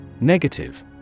Negative